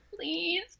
Please